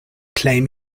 claim